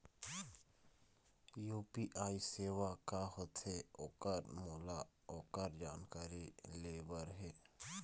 UPI सेवा का होथे ओकर मोला ओकर जानकारी ले बर हे?